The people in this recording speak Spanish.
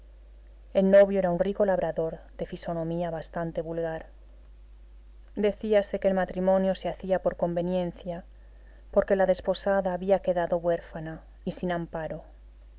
el novio era un rico labrador de fisonomía bastante vulgar decíase que el matrimonio se hacía por conveniencia porque la desposada habla quedado huérfana y sin amparo